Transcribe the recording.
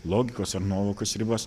logikos ar nuovokos ribas